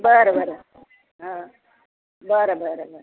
बरं बरं हा बरं बरं बरं